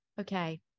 Okay